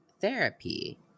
therapy